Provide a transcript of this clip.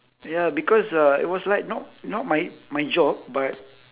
ya because uh it was like not not my my job but